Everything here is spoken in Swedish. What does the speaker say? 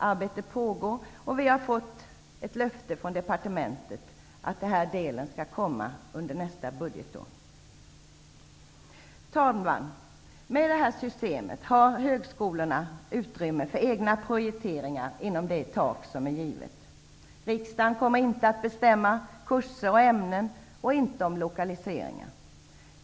Arbete pågår, och vi har fått löftet från departementet att den här delen blir klar under nästa budgetår. Herr talman! Med det här systemet har högskolorna utrymme för egna prioriteringar inom ramen för det tak som är angivet. Riksdagen kommer inte att bestämma vare sig kurser och ämnen eller lokalisering.